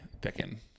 picking